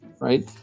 right